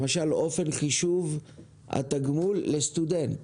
למשל אופן חישוב התגמול לסטודנט.